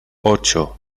ocho